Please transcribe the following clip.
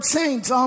saints